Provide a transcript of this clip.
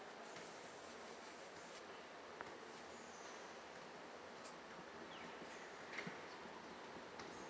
I